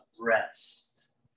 rest